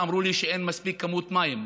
ואמרו לי שאין מספיק מים.